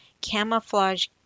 camouflage